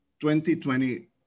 2020